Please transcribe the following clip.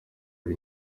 ari